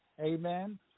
Amen